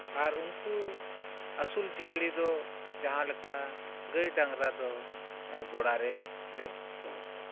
ᱟᱨ ᱩᱱᱠᱩ ᱟᱹᱥᱩᱞ ᱡᱤᱭᱟᱹᱞᱤ ᱫᱚ ᱡᱟᱦᱟᱸᱞᱮᱠᱟ ᱜᱟᱹᱭ ᱰᱟᱝᱨᱟ ᱫᱚ ᱜᱚᱲᱟ ᱨᱮᱞᱮ ᱫᱚᱦᱚ ᱠᱚᱣᱟ